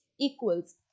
equals